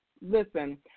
listen